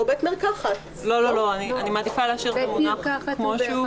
--- אני מעדיפה להשאיר את המונח כמו שהוא.